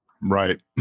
Right